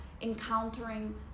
encountering